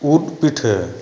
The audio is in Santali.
ᱩᱫ ᱯᱤᱴᱷᱟᱹ